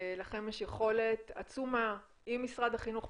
לכם יש יכולת עצומה עם משרד החינוך,